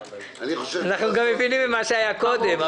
אנחנו גם מבינים במה שהיה קודם.